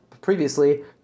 previously